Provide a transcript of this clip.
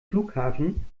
flughafen